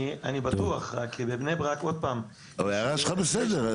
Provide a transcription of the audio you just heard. אני בטוח, כי בבני ברק --- אבל ההערה שלך בסדר.